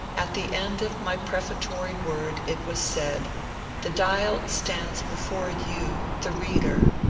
at the end of my prefatory word it was said the dial stands before you, the reader,